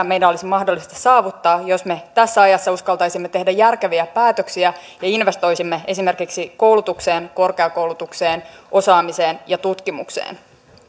meidän olisi mahdollista saavuttaa jos me tässä ajassa uskaltaisimme tehdä järkeviä päätöksiä ja investoisimme esimerkiksi koulutukseen korkeakoulutukseen osaamiseen ja tutkimukseen